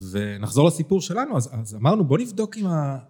ונחזור לסיפור שלנו, אז אמרנו בואו נבדוק אם ה...